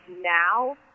now